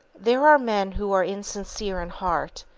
there are men who are insincere in heart,